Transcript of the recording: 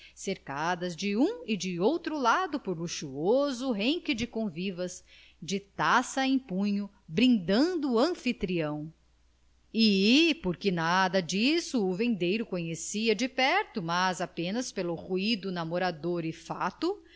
cercadas de um e de outro lado por luxuoso renque de convivas de taça em punho brindando o anfitrião e porque nada disso o vendeiro conhecia de perto mas apenas pelo ruído namorador e fátuo